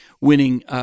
winning